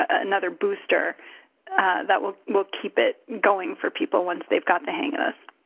ah another booster that will will keep it going for people, once they've got the hang of this.